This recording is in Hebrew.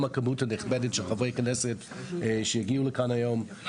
גם הכמות הנכבדה של חברי כנסת שהגיעה לכאן היום מעידה על כך.